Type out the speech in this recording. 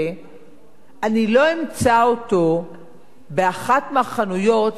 אני לא אמצא אותו באחת מהחנויות של "סטימצקי".